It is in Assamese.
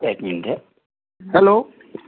এক মিনিট হাঁ হেল্ল'